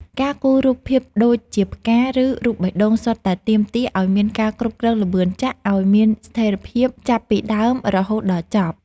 ការគូររូបភាពដូចជាផ្កា ឬរូបបេះដូងសុទ្ធតែទាមទារឱ្យមានការគ្រប់គ្រងល្បឿនចាក់ឱ្យមានស្ថេរភាពចាប់ពីដើមរហូតដល់ចប់។